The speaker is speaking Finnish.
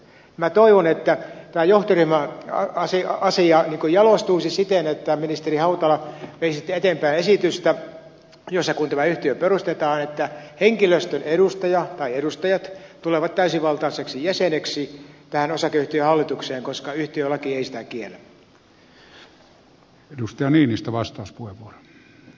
minä toivon että tämä johtoryhmäasia jalostuisi siten että ministeri hautala veisitte eteenpäin esitystä jos ja kun tämä yhtiö perustetaan että henkilöstön edustaja tai edustajat tulevat täysivaltaisiksi jäseniksi tähän osakeyhtiön hallitukseen koska yhtiölaki ei sitä kiellä